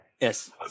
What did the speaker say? Yes